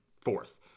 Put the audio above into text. fourth